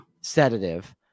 sedative